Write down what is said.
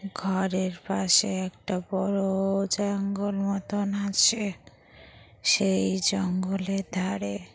ঘরের পাশে একটা বড় জঙ্গল মতন আছে সেই জঙ্গলের ধারে